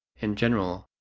in general,